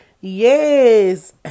Yes